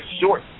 short